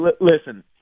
listen